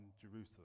Jerusalem